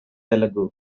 telugu